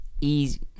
easy